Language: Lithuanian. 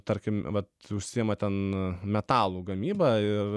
tarkim vat užsiima ten metalų gamyba ir